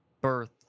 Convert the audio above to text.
birth